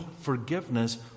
forgiveness